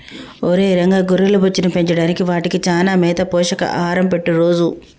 ఒరై రంగ గొర్రెల బొచ్చును పెంచడానికి వాటికి చానా మేత పోషక ఆహారం పెట్టు రోజూ